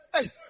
hey